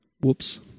Whoops